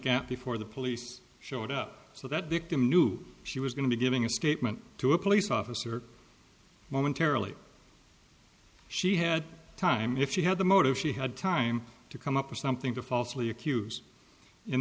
gap before the police showed up so that victim knew she was going to be giving a statement to a police officer momentarily she had time if she had the motive she had time to come up with something to falsely accuse